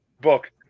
book